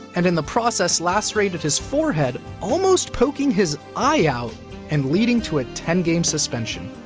and in the process lacerated his forehead, almost poking his eye out and leading to a ten game suspension.